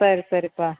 சரி சரிப்பா